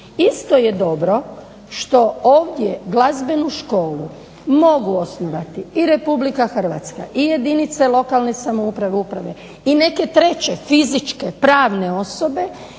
Isto je dobro što ovdje glazbenu školu mogu osnovati i RH i jedinice lokalne samouprave i uprave i neke treće fizičke pravne osobe